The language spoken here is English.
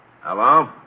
Hello